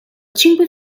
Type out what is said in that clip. cinque